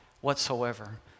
whatsoever